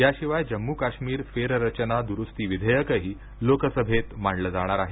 याशिवाय जम्मू काश्मीर फेररचना दुरुस्ती विधेयकही लोकसभेत मांडलं जाणार आहे